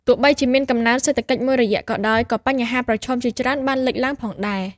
ទោះបីជាមានកំណើនសេដ្ឋកិច្ចមួយរយៈក៏ដោយ ក៏បញ្ហាប្រឈមជាច្រើនបានលេចឡើងផងដែរ។